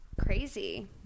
crazy